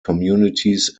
communities